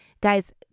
guys